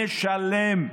משלם,